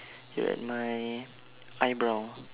you're at my eyebrow